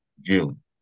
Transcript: June